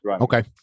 Okay